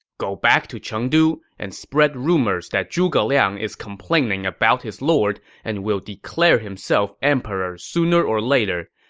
go back to chengdu and spread rumors that zhuge liang is complaining about his lord and will declare himself emperor sooner or later,